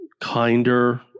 kinder